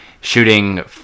shooting